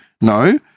No